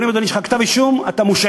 אומרים: אדוני, יש לך כתב-אישום, אתה מושעה.